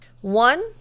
One